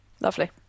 Lovely